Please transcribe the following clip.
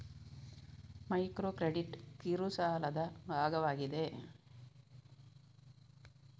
micro credit ಕಿರು ಸಾಲದ ಭಾಗವಾಗಿದೆ